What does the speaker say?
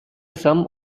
some